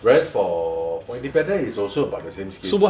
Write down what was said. whereas for for independent is also about the same scale